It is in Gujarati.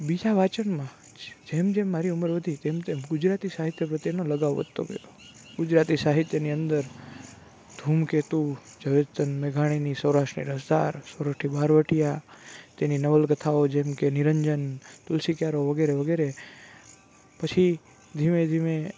બીજા વાંચનમાં જ જેમ જેમ મારી ઉંમર વધી તેમ તેમ ગુજરાતી સાહિત્ય પ્રત્યેનો લગાવ વધતો ગયો ગુજરાતી સાહિત્યની અંદર ધૂમકેતુ ઝવેરચંદ મેઘાણીની સૌરાષ્ટ્રની રસધાર સોરઠી બહારવટિયા તેની નવલકથાઓ જેમકે નિરંજન તુલસી ક્યારો વગેર વગેરે પછી ધીમે ધીમે